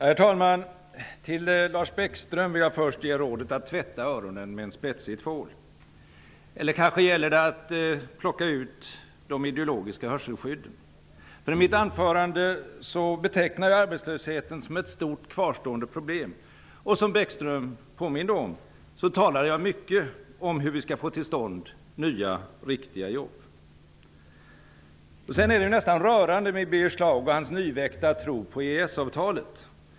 Herr talman! Till Lars Bäckström vill jag först ge rådet att tvätta öronen med en spetsig tvål. Eller kanske gäller det att plocka ut de ideologiska hörselskydden? I mitt anförande betecknade jag arbetslösheten som ett stort kvarstående problem. Som Bäckström påminde om talade jag mycket om hur vi skall få till stånd nya riktiga jobb. Sedan är det nästan rörande med Birger Schlaug och hans nyväckta tro på EES-avtalet.